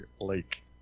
Lake